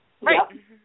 Right